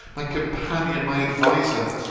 my companion, my adviser,